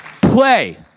Play